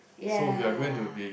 ya